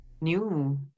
new